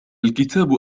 الكتاب